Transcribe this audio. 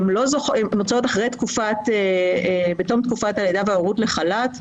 הן מוצאות בתום תקופת הלידה לחל"ת,